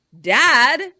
Dad